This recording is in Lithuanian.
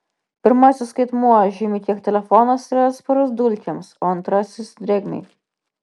pirmasis skaitmuo žymi kiek telefonas yra atsparus dulkėms o antrasis drėgmei